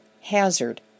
hazard